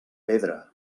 pedra